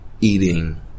eating